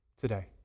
today